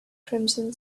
crimson